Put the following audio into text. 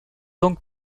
donc